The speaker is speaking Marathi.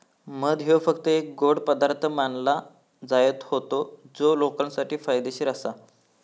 मध ह्यो फक्त एक गोड पदार्थ मानलो जायत होतो जो लोकांसाठी फायदेशीर आसा